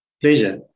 Pleasure